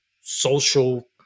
social